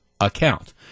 account